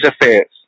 affairs